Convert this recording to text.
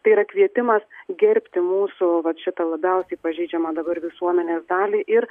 tai yra kvietimas gerbti mūsų vat šitą labiausiai pažeidžiamą dabar visuomenės dalį ir